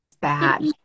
bad